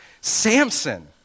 Samson